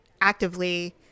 actively